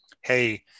hey